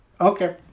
Okay